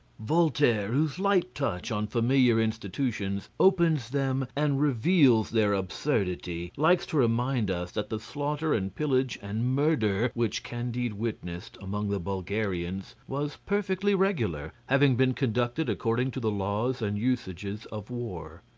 voltaire, whose light touch on familiar institutions opens them and reveals their absurdity, likes to remind us that the slaughter and pillage and murder which candide witnessed among the bulgarians was perfectly regular, having been conducted according to the laws and usages of war.